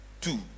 Two